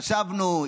חשבנו,